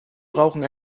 brauchen